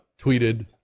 tweeted